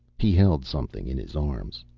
he held something in his arms.